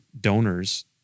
donors